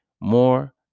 more